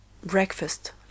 Breakfast